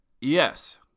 yes